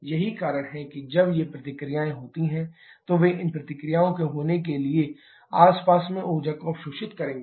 यही कारण है कि जब ये प्रतिक्रियाएं होती हैं तो वे इन प्रतिक्रियाओं के होने के लिए आसपास से ऊर्जा को अवशोषित करेंगे